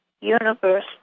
universe